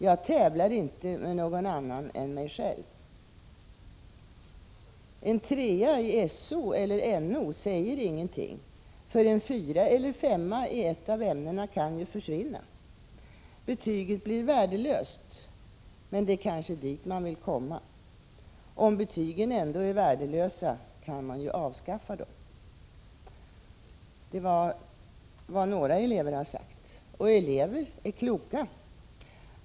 Jag tävlar inte med någon annan än mig själv.” ”En trea i SO eller NO säger ingenting, för en fyra eller femma i ett av ämnena kan ju försvinna. Betyget blir värdelöst, men det är kanske dit man vill komma. Om betygen ändå är värdelösa kan man ju avskaffa dem.” Detta var vad några elever har sagt. Elever är kloka.